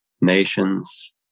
nations